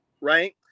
right